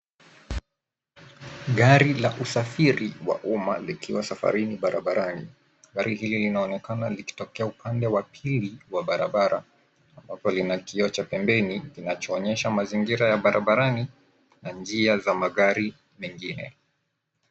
Gari la usafiri wa umma likiwa safarini barabarani. Gari hili linaonekana likitokea upande wa pili wa barabara ambapo lina kioo cha pembeni kinachoonyesha mazingira ya barabarani na njia za magari mengine.